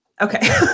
Okay